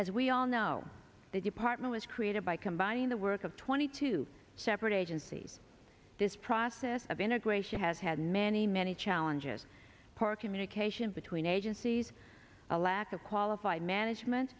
as we all know the department was created by combining the work of twenty two separate agencies this process of integration has had many many challenges poor communication between agencies a lack of qualified management